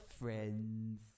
friends